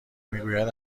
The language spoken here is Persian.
میگوید